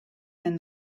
than